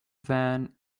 van